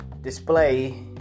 display